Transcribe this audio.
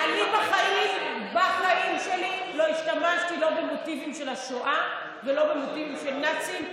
אני בחיים שלי לא השתמשתי לא במוטיבים של השואה ולא במוטיבים של נאצים.